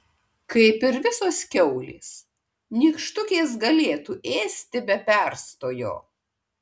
kaip ir visos kiaulės nykštukės galėtų ėsti be perstojo